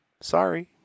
Sorry